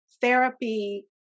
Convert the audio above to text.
therapy